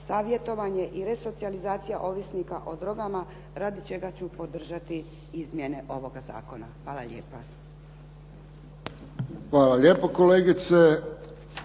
savjetovanje i resocijalizacija ovisnika o drogama radi čega ću podržati izmjene ovoga zakona. Hvala lijepa. **Friščić, Josip